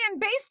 based